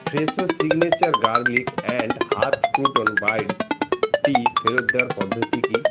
Fresho signature garlic and herb crouton বাইটসটি ফেরত দেওয়ার পদ্ধতি কী